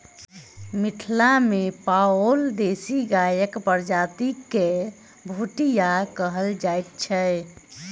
मिथिला मे पाओल देशी गायक प्रजाति के भुटिया कहल जाइत छै